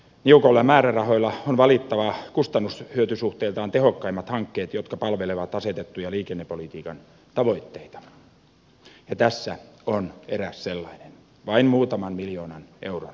niukoilla määrärahoilla on valittava kustannushyöty suhteiltaan tehokkaimmat hankkeet jotka palvelevat asetettuja liikennepolitiikan tavoitteita ja tässä on eräs sellainen vain muutaman miljoonan euron hanke